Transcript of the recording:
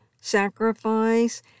sacrifice